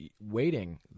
waiting